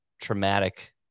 traumatic